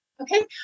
Okay